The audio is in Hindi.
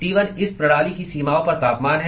T1 इस प्रणाली की सीमाओं पर तापमान है